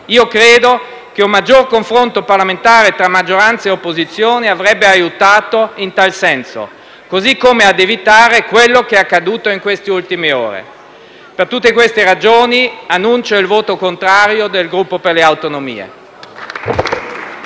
Credo che un maggiore confronto parlamentare tra maggioranza e opposizione avrebbe aiutato in tal senso e ad evitare quello che è accaduto in queste ultime ore. Per tutte queste ragioni, annuncio il voto contrario del Gruppo per le Autonomie.